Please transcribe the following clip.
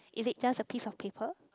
is it just a piece of paper